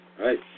right